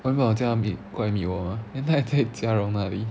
我叫她过来 meet 我 mah then 她还在 jia rong 那里